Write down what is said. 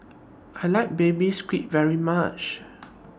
I like Baby Squid very much